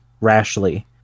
rashly